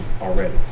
already